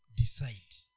decide